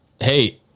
hey